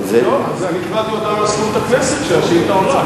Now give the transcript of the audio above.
אני קיבלתי ממזכירות הכנסת הודעה שהשאילתא עולה.